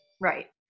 Right